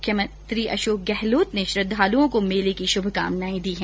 मुख्यमंत्री अशोक गहलोत ने श्रद्दालुओं को मेले की शुभकामनाएं दी है